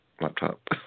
laptop